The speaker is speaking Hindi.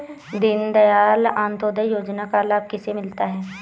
दीनदयाल अंत्योदय योजना का लाभ किसे मिलता है?